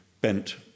bent